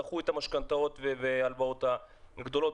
דחו את המשכנתאות ואת ההלוואות הגדולות,